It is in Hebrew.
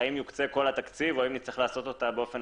האם יוקצה כל התקציב או האם נצטרך לעשות אותה באופן